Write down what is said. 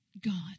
God